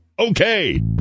Okay